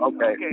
Okay